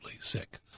sick